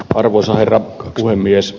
arvoisa herra puhemies